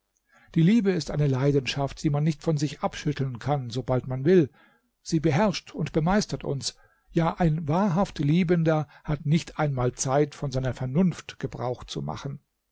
die liebe ist eine leidenschaft die man nicht von sich abschütteln kann sobald man will sie beherrscht und bemeistert uns ja ein wahrhaft liebender hat nicht einmal zeit von seiner vernunft gebrauch zu machen